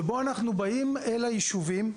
שבו אנחנו באים אל היישובים,